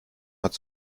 hat